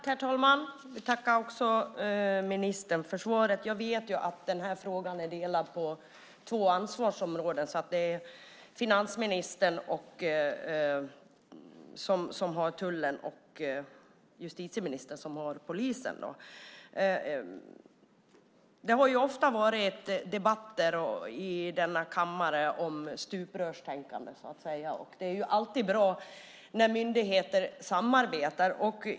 Herr talman! Jag vill tacka ministern för svaret. Jag vet att den här frågan är uppdelad på två ansvarsområden. Det är finansministern som har ansvaret för tullen och justitieministern som har ansvaret för polisen. Det har ofta varit debatter i denna kammare om stuprörstänkande. Det är ju alltid bra när myndigheter samarbetar.